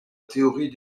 théorie